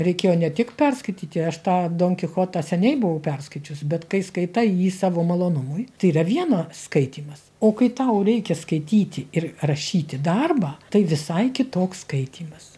reikėjo ne tik perskaityti aš tą donkichotą seniai buvau perskaičius bet kai skaitai jį savo malonumui tai yra vieno skaitymas o kai tau reikia skaityti ir rašyti darbą tai visai kitoks skaitymas